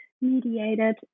mediated